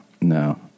no